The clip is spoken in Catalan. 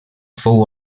fou